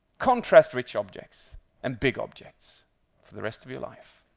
contrast-rich objects and big objects for the rest of your life.